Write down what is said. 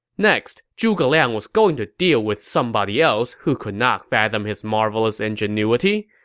next, zhuge liang was going to deal with somebody else who could not fathom his marvelous ingenuity,